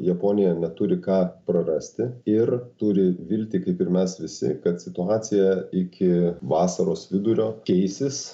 japonija neturi ką prarasti ir turi viltį kaip ir mes visi kad situacija iki vasaros vidurio keisis